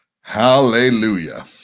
hallelujah